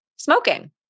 smoking